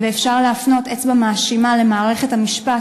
ואפשר להפנות אצבע מאשימה למערכת המשפט,